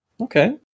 Okay